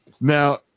Now